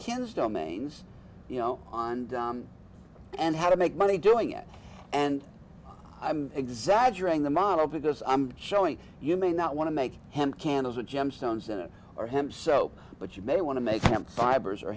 cannes domains you know on and how to make money doing it and i'm exaggerating the model because i'm showing you may not want to make him can as a gemstone senate or him so but you may want to make